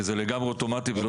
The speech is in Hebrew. כי זה לגמרי אוטומטי ולא